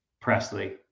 presley